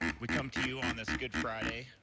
we come to you on this good friday,